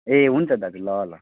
ए हुन्छ दाजु ल ल